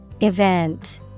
Event